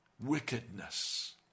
wickedness